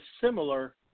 similar